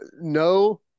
no